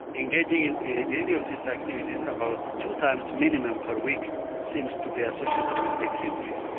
engaging in in any of these activities about two times minimum per week seems to be associated with decreased risk.